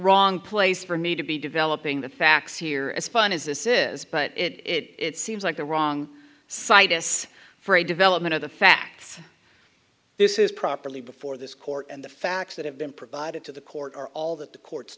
wrong place for me to be developing the facts here as fun as this is but it seems like the wrong situs for a development of the facts this is properly before this court and the facts that have been provided to the court are all that the courts